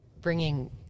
bringing